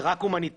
זה רק הומניטרי?